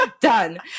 done